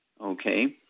okay